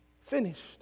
finished